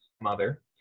mother